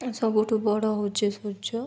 ସବୁଠୁ ବଡ଼ ହେଉଛି ସର୍ଯ୍ୟ